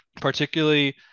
particularly